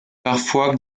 parfois